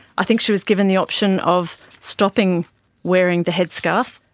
i think she was given the option of stopping wearing the headscarf.